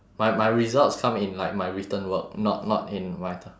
my my results come in like my written work not not in my t~